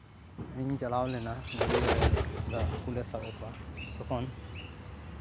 ᱤᱧ ᱪᱟᱞᱟᱣ ᱞᱮᱱᱟ ᱜᱟᱹᱰᱭᱟᱹ ᱨᱮ ᱦᱟᱹᱠᱩ ᱞᱮ ᱥᱟᱵᱮᱫ ᱠᱚᱣᱟ ᱛᱚᱠᱷᱚᱱ